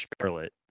Charlotte